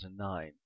2009